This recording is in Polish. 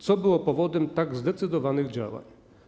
Co było powodem tak zdecydowanych działań?